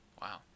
Wow